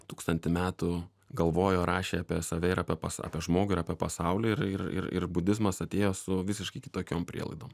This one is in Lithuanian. tūkstantį metų galvojo rašė apie save ir apie pasau apie žmogų ir apie pasaulį ir ir ir ir budizmas atėjo su visiškai kitokiom prielaidom